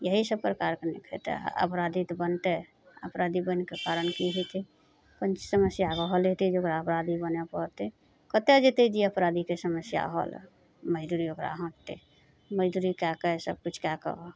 यही सभ प्रकारके ने खेतय आओर अपराधी तऽ बनतय अपराधी बनयके कारण की होइ छै कोन चीज समस्या रहल हेतय जे ओकरा अपराधी बनय पड़तय कतऽ जेतय जे अपराधीके समस्या होलऽ मजदूरी ओकरा हाँकते मजदूरी कए कऽ सभकुछ कए कऽ